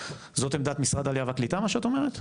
זאת עדת משרד העלייה והקליטה מה שאת אומרת?